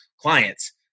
clients